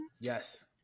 Yes